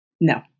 No